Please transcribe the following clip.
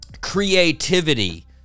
creativity